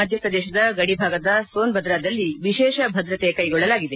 ಮಧ್ಯಪ್ರದೇಶದ ಗಡಿಭಾಗದ ಸೋನ್ಭದ್ರಾದಲ್ಲಿ ವಿಶೇಷ ಭದ್ರತೆ ಕೈಗೊಳ್ಳಲಾಗಿದೆ